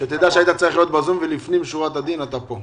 צריך להיות בזום ולפנים משורת הדין אתה פה.